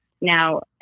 Now